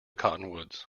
cottonwoods